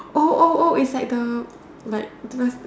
oh oh oh it's like a like just